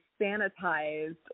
sanitized